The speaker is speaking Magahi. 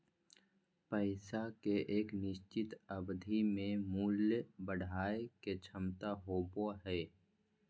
पैसा के एक निश्चित अवधि में मूल्य बढ़य के क्षमता होबो हइ